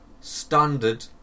standard